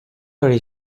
hori